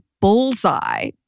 bullseye